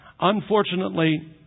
Unfortunately